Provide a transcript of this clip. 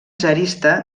tsarista